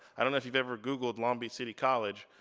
i don't know if you've ever googled long beach city college,